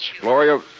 Gloria